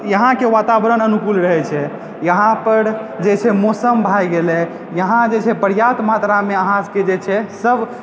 यहाँके वातावरण अनुकूल रहै छै यहाँपर जे छै मौसम भए गेलै यहाँ जे छै पर्याप्त मात्रामे अहाँसबके जे छै सब